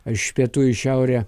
iš pietų į šiaurę